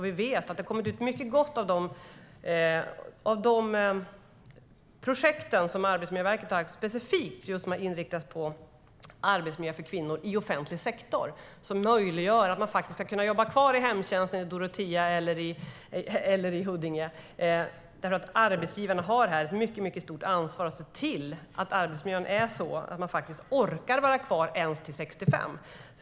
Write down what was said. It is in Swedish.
Vi vet att det har kommit ut mycket gott av de projekt som Arbetsmiljöverket haft specifikt inriktat på arbetsmiljön för kvinnor i offentlig sektor. De har möjliggjort att man kunnat jobba kvar inom hemtjänsten i Dorotea eller Huddinge. Arbetsgivarna har ett mycket stort ansvar för att se till att arbetsmiljön är sådan att man orkar vara kvar i alla fall till 65.